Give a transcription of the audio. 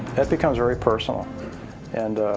becomes very personal and